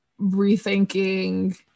rethinking